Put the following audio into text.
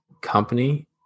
company